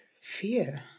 fear